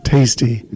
Tasty